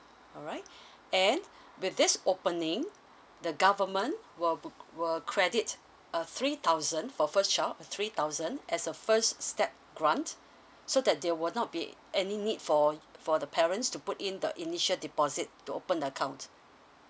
alright and with this opening the government will b~ will credit uh three thousand for first child three thousand as a first step grant so that they will not be any need for for the parents to put in the initial deposit to open the account